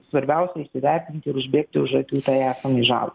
svarbiausia įsivertinti ir užbėgti už akių tai esamai žalai